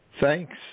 Thanks